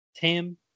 Tim